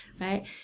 right